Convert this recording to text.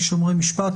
משומרי משפט,